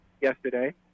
yesterday